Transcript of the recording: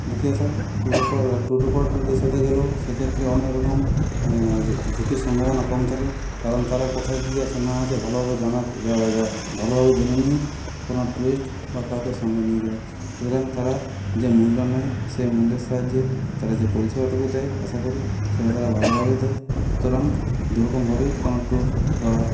দ্বিতীয়ত ট্যুর অপারে ট্যুর অপারেটারদের সাথে গেলেও সেক্ষেত্রে অনেকরকম ঝুঁকির সম্ভাবনা কম থাকে কারণ তারা কোথায় কী আছে না আছে ভালোভাবে জানার জা জা ভালোভাবে জেনে নিয়েই কোনও ট্যুরিস্ট বা কাউকে সঙ্গে নিয়ে যায় সুতরাং তারা যে মূল্য নেয় সে মূল্যের সাহায্যে তারা যে পরিষেবাটুকু দেয় আসা করি সেটা তারা ভালোভাবে দেয় সুতরাং দুরকমভাবেই কোনও ট্যুর বা